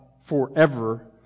forever